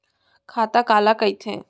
खाता काला कहिथे?